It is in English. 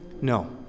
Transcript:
No